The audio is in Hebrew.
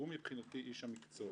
הוא מבחינתי איש המקצוע.